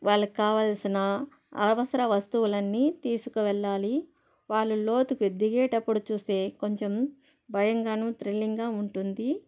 వాళ్ళక్కావాల్సిన అవసర వస్తువులన్నీ తీసుకువెళ్ళాలి వాళ్ళు లోతుకు దిగేటప్పుడు చూస్తే కొంచం భయంగాను త్రిల్లింగ్గా ఉంటుంది